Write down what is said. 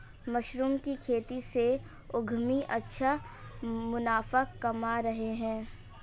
mushroom की खेती से उद्यमी अच्छा मुनाफा कमा रहे हैं